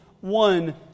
one